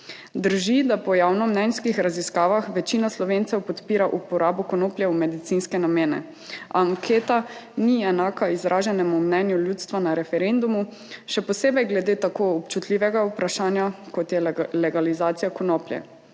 Drži, da po javnomnenjskih raziskavah večina Slovencev podpira uporabo konoplje v medicinske namene. Anketa ni enaka izraženemu mnenju ljudstva na referendumu, še posebej glede tako občutljivega vprašanja, kot je legalizacija konoplje.